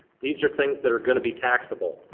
these are things that are gonna be taxable.